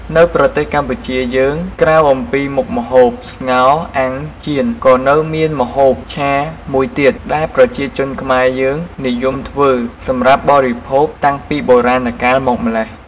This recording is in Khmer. នៅប្រទេសកម្ពុជាយើងក្រៅអំពីមុខម្ហូប ស្ងោរ អាំង ចៀន ក៏នៅមានម្ហូបឆាមួយទៀតដែលប្រជាជនខ្មែរយើងនិយមធ្វើសម្រាប់បរិភោគតាំងពីបុរាណកាលមកម្ល៉េះ។